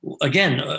again